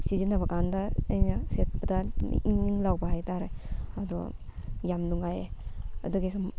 ꯁꯤꯖꯤꯟꯅꯕ ꯀꯥꯟꯗ ꯑꯩꯅ ꯁꯦꯠꯄꯗ ꯏꯪ ꯏꯪ ꯂꯥꯎꯕ ꯍꯥꯏꯇꯥꯔꯦ ꯑꯗꯣ ꯌꯥꯝ ꯅꯨꯡꯉꯥꯏꯌꯦ ꯑꯗꯨꯒꯤ ꯁꯨꯝ